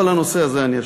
אבל לנושא הזה אני אשוב.